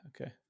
Okay